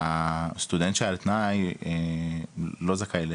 מה --- הסטודנט שעל תנאי לא זכאי.